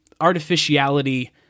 artificiality